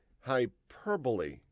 hyperbole